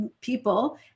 people